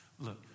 Look